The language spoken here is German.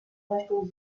richtung